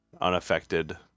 unaffected